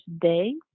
day